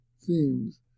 themes